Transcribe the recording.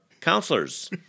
counselors